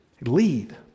Lead